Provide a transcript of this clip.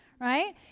right